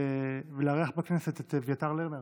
ולארח בכנסת את אביתר לרנר,